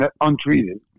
untreated